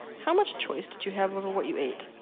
how much choice did you have over what you ate?